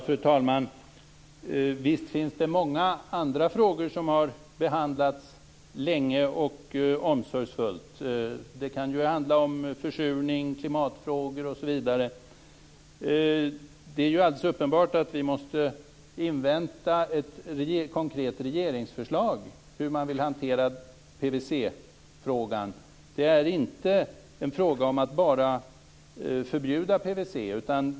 Fru talman! Visst finns det många andra frågor som har behandlats länge och omsorgsfullt. Det kan handla om försurning, klimatfrågor, osv. Det är alldeles uppenbart att vi måste invänta ett konkret regeringsförslag om hur man vill hantera PVC-frågan. Det är inte en fråga om att bara förbjuda PVC.